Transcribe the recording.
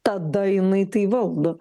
tada jinai tai valdo